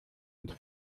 mit